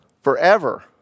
forever